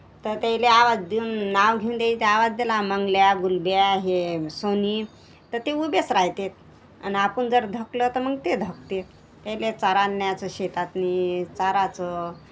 तर त्यायले आवाज देऊन नाव घेऊन त्याई ते आवाज दिला मंगल्या गुलब्या हे सोनी तर ते उभेच राहतात आणि आपण जर धकलं तर मग ते धकतात त्याईले चारान् न्यायचं शेतातनं चाराचं